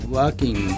working